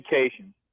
education